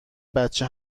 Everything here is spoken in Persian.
بچه